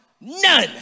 None